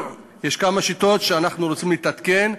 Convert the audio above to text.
יש כמה שיטות שבהן אנחנו רוצים להתעדכן,